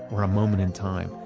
or a moment in time,